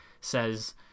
says